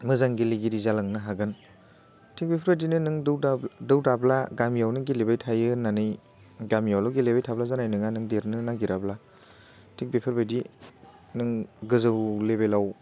मोजां गेलेगिरि जालांनो हागोन थिक बेफोरबायदिनो नों दौ दाब्ला गामियावनो गेलेबाय थायो होननानै गामियावल' गेलेबाय थाब्ला जानाय नङा नों देरनो नागिराब्ला थिक बेफोरबायदि नों गोजौ लेभेलआव